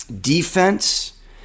defense